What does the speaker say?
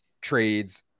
trades